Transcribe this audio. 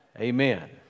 Amen